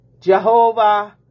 Jehovah